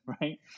right